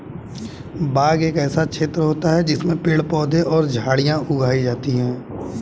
बाग एक ऐसा क्षेत्र होता है जिसमें पेड़ पौधे और झाड़ियां उगाई जाती हैं